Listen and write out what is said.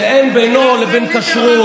שאין בינו לבין כשרות